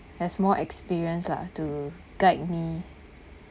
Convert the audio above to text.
has more experience lah to guide me